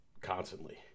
constantly